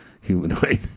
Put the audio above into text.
humanoid